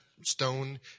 stone